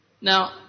Now